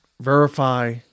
Verify